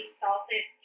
salted